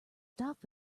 stock